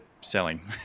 selling